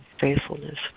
faithfulness